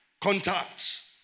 Contact